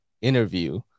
interview